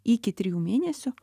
iki trijų mėnesių